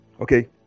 Okay